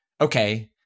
okay